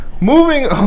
Moving